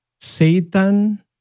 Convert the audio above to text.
Satan